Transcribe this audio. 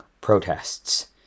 protests